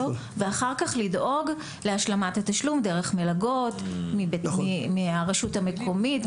ואחר כך לדאוג להשלמת התשלום דרך מלגות מהרשות המקומית,